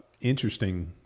interesting